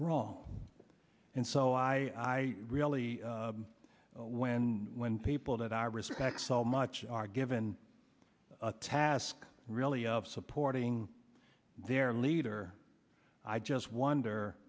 wrong and so i really when when people that i respect so much are given a task really of supporting their leader i just wonder